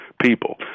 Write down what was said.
people